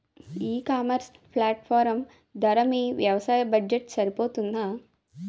ఈ ecommerce platform ధర మీ వ్యవసాయ బడ్జెట్ సరిపోతుందా?